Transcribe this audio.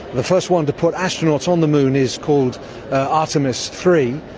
the first one to put astronauts on the moon is called artemis three,